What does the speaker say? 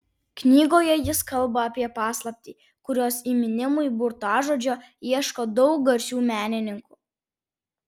knygoje jis kalba apie paslaptį kurios įminimui burtažodžio ieško daug garsių menininkų